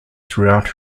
throughout